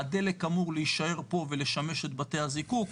הדלק אמור להישאר פה ולשמש את בתי הזיקוק,